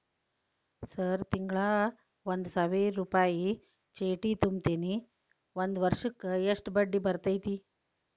ನಾನು ತಿಂಗಳಾ ಒಂದು ಸಾವಿರ ರೂಪಾಯಿ ಚೇಟಿ ತುಂಬತೇನಿ ಒಂದ್ ವರ್ಷಕ್ ಎಷ್ಟ ಬಡ್ಡಿ ಬರತೈತಿ?